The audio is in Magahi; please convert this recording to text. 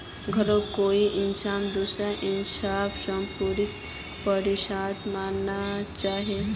घरौंक कोई इंसानक दूसरा इंसानेर सम्पत्तिक परिसम्पत्ति मानना चाहिये